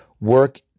work